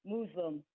Muslim